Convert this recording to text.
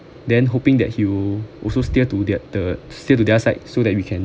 then hoping that he will also steer to their the steer to their side so that we can